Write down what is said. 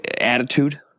attitude